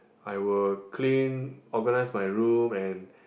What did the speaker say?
I will clean organize my room and